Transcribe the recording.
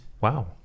Wow